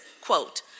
Quote